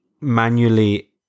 manually